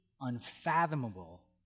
unfathomable